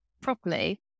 properly